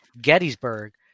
Gettysburg